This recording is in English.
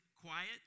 quiet